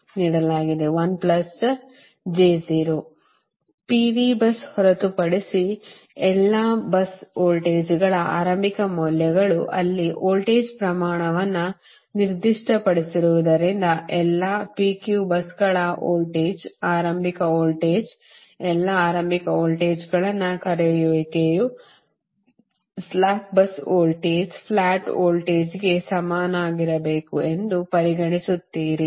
P V bus ಹೊರತುಪಡಿಸಿ ಎಲ್ಲಾ bus ವೋಲ್ಟೇಜ್ಗಳ ಆರಂಭಿಕ ಮೌಲ್ಯಗಳು ಅಲ್ಲಿ ವೋಲ್ಟೇಜ್ ಪ್ರಮಾಣವನ್ನು ನಿರ್ದಿಷ್ಟಪಡಿಸಿರುವುದರಿಂದ ಎಲ್ಲಾ P Q busಗಳ ವೋಲ್ಟೇಜ್ ಆರಂಭಿಕ ವೋಲ್ಟೇಜ್ ಎಲ್ಲಾ ಆರಂಭಿಕ ವೋಲ್ಟೇಜ್ಗಳನ್ನು ಕರೆಯುವಿಕೆಯು ಸ್ಲಾಕ್ bus ವೋಲ್ಟೇಜ್ ಫ್ಲಾಟ್ ವೋಲ್ಟೇಜ್ಗೆ ಸಮನಾಗಿರಬೇಕು ಎಂದು ಪರಿಗಣಿಸುತ್ತೀರಿ